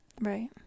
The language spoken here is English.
Right